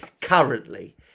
Currently